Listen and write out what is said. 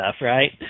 right